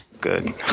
Good